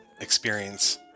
experience